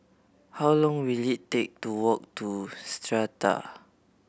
how long will it take to walk to Strata